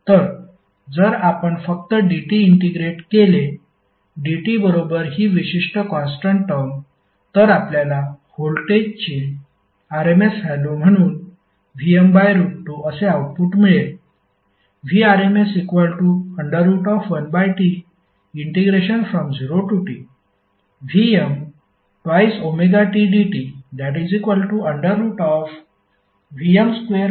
तर जर आपण फक्त dt इंटिग्रेट केले dt बरोबर ही विशिष्ट कॉन्स्टन्ट टर्म तर आपल्याला व्होल्टेजची RMS व्हॅल्यू म्हणून Vm2 असे आउटपुट मिळेल